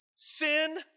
Sin